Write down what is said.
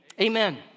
Amen